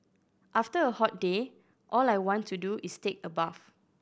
after a hot day all I want to do is take a bath